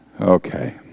Okay